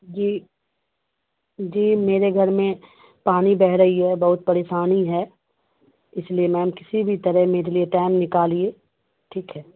جی جی میرے گھر میں پانی بہہ رہی ہے بہت پریشانی ہے اس لیے میم کسی بھی طرح میرے لیے ٹیم نکالیے ٹھیک ہے